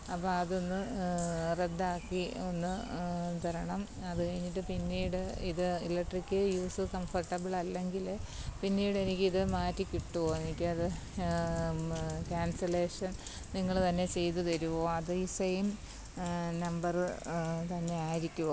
അപ്പോൾ അതൊന്ന് റദ്ദാക്കി ഒന്ന് തരണം അത് കഴിഞ്ഞിട്ട് പിന്നീട് ഇത് ഇലക്ട്രിക്ക് യൂസ് കംഫർട്ടബ്ളല്ലെങ്കിൽ പിന്നീട് എനിക്കിത് മാറ്റി കിട്ടോ എനിക്കത് ക്യാൻസലേഷൻ നിങ്ങൾ തന്നെ ചെയ്ത് തരുവോ അത് ഈ സെയീം നമ്പറ് തന്നെ ആയിരിക്കുവോ